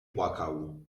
płakał